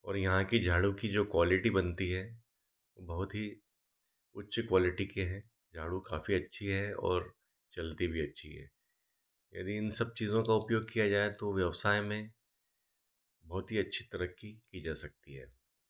और यहाँ की झाड़ू की जो क्वालिटी बनती है बहुत ही उच्च क्वालिटी के हैं झाड़ू काफी अच्छी है और चलती भी अच्छी है यदि इन सब चीज़ों का उपयोग किया जाय तो व्यवसाय में बहुत ही अच्छी तरक्की की जा सकती है